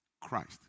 Christ